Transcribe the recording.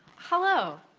hello.